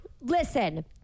listen